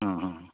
ᱦᱚᱸ ᱦᱚᱸ